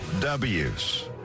W's